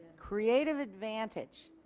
creative advantage.